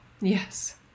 Yes